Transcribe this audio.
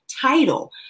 title